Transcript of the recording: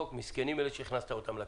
מסכנים אלה שהכנסת אותם לכלא.